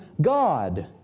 God